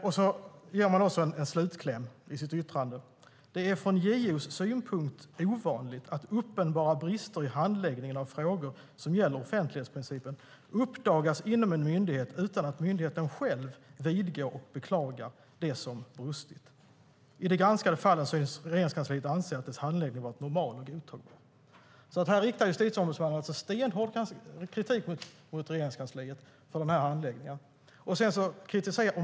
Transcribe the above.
Man lägger också till en slutkläm i yttrandet: "Det är från JO:s synpunkt ovanligt att uppenbara brister i handläggningen av frågor som gäller offentlighetsprincipen uppdagas inom en myndighet utan att myndigheten själv vidgår och beklagar det som brustit. I de här granskade fallen synes Regeringskansliet anse att dess handläggning varit normal och godtagbar." Här riktar alltså Justitieombudsmannen stenhård kritik mot Regeringskansliet för handläggningen.